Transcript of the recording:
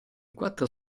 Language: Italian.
quattro